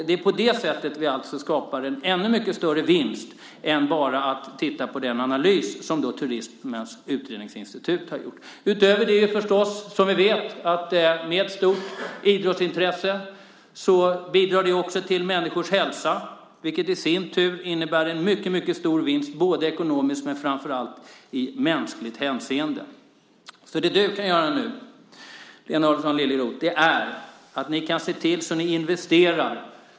Det är på det sättet vi skapar en ännu större vinst än bara den som framgår av den analys som Turismens Utredningsinstitut har gjort. Ett stort idrottsintresse bidrar också till människors hälsa. Det innebär i sin tur en mycket stor vinst ekonomiskt men framför allt i mänskligt hänseende. Det du kan göra nu, Lena Adelsohn Liljeroth, är att se till att investera.